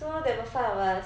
so there were five of us